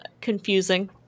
confusing